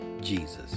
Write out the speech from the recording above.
Jesus